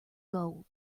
gold